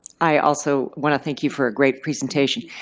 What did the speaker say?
i also want to thank you for a great presentation.